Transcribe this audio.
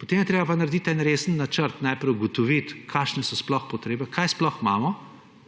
potem je treba pa narediti en resen načrt. Najprej ugotoviti, kakšne so sploh potrebe, kaj sploh imamo.